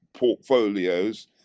portfolios